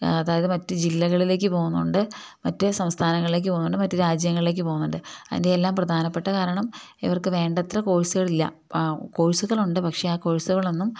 അതായത് മറ്റ് ജില്ലകളിലേക്ക് പോകുന്നുണ്ട് മറ്റ് സംസ്ഥാനങ്ങളിലേക്ക് പോകുന്നുണ്ട് മറ്റ് രാജ്യങ്ങളിലേക്ക് പോകുന്നുണ്ട് അതിൻ്റെയെല്ലാം പ്രധാനപ്പെട്ട കാരണം ഇവർക്ക് വേണ്ടത്ര കോഴ്സുകളില്ല കോഴ്സുകളുണ്ട് പക്ഷേ ആ കോഴ്സുകളൊന്നും